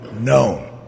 known